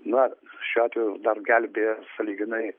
na šiuo atveju dar gelbėja sąlyginai